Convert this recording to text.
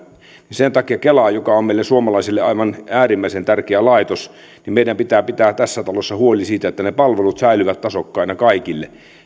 sen takia kelan osalta joka on meille suomalaisille aivan äärimmäisen tärkeä laitos meidän pitää pitää tässä talossa huoli siitä että ne palvelut säilyvät tasokkaina kaikille